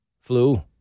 flu